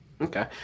okay